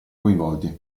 coinvolti